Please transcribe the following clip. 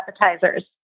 appetizers